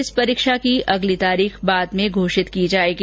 इस परीक्षा की अगली तारीख बाद में जारी की जाएगी